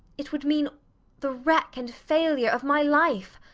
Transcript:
it would mean the wreck and failure of my life.